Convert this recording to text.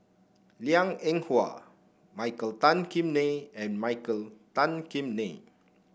Liang Eng Hwa Michael Tan Kim Nei and Michael Tan Kim Nei